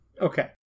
okay